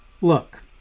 Look